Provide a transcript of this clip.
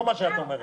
לא מה שאת אומרת.